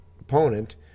opponent